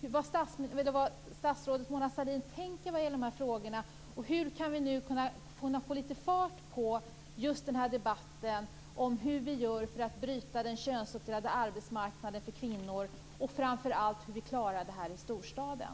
jag vad statsrådet Mona Sahlin tänker i de här frågorna - hur vi nu ska kunna få lite fart på just debatten om hur vi gör för att bryta den könsuppdelade arbetsmarknaden för kvinnor och framför allt hur vi klarar det här i storstaden.